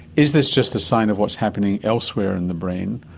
is this just a sign of what's happening elsewhere in the brain?